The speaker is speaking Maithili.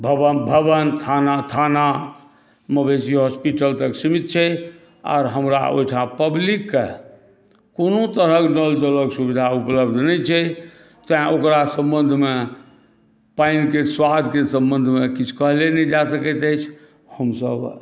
भवन थाना मवेशी हॉस्पिटल तक सीमित छै आओर हमरा ओहिठाम पब्लिकक कोनो तरहक नल जलक सुविधा उपलब्ध नहि छै तैं ओकरा सम्बंधमे पानिके स्वादके सम्बंधमे किछु कहले नहि जा सकैत अछि हमसभ